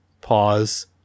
pause